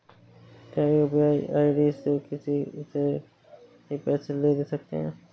क्या UPI ID से किसी से भी पैसे ले दे सकते हैं?